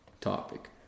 topic